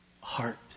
heart